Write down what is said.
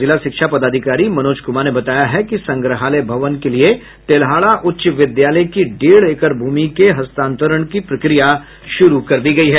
जिला शिक्षा पदाधिकारी मनोज कुमार ने बताया है कि संग्रहालय भवन के लिये तेल्हाड़ा उच्च विद्यालय की डेढ़ एकड़ भूमि के हस्तांतरण की प्रक्रिया शुरू कर दी गयी है